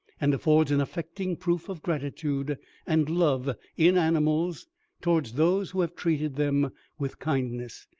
and affords an affecting proof of gratitude and love in animals towards those who have treated them with kindness,